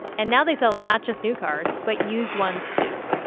and now they sell not just new cars but used ones, too,